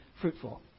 fruitful